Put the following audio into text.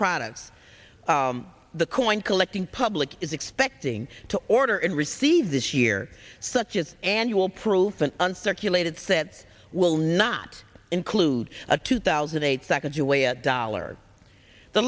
products the coin collecting public is expecting to order and receive this year such as annual proof an uncirculated set will not include a two thousand eight seconds away a dollar the